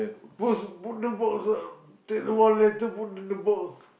put put the box ah take the one letter put to the box